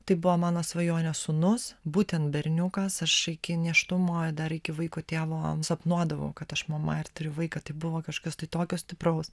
tai buvo mano svajonių sūnus būtent berniukas aš iki nėštumo dar iki vaiko tėvo sapnuodavau kad aš mama ir turiu vaiką tai buvo kažkas tokio stipraus